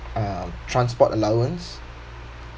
uh transport allowance